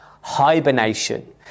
hibernation